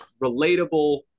relatable